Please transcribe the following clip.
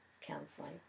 counseling